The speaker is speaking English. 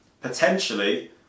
Potentially